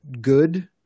good